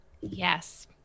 Yes